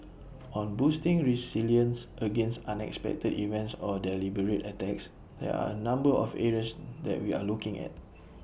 on boosting resilience against unexpected events or deliberate attacks there are A number of areas that we are looking at